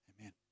Amen